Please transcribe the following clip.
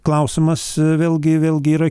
klausimas vėlgi vėlgi yra